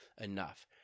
enough